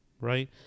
right